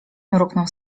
mruknął